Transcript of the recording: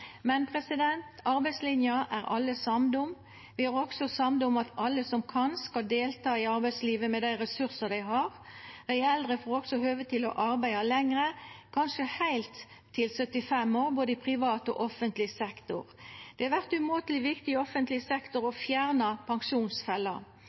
Men arbeidslinja er alle samde om. Vi er også samde om at alle som kan, skal delta i arbeidslivet med dei resursar dei har. Dei eldre får også høve til å arbeida lenger, kanskje heilt til dei er 75 år, i både privat og offentleg sektor. Det vert umåteleg viktig i offentleg sektor